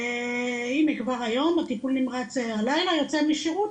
הנה כבר היום הטיפול נמרץ הלילה יוצא משירות,